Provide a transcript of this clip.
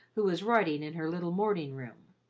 who was writing in her little morning room.